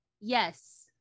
Yes